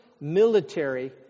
military